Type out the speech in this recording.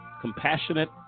compassionate